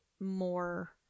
more